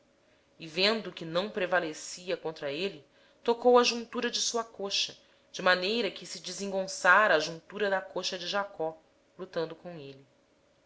este viu que não prevalecia contra ele tocou-lhe a juntura da coxa e se deslocou a juntura da coxa de jacó enquanto lutava com ele